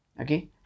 okay